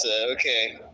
Okay